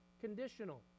Conditional